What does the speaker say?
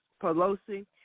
Pelosi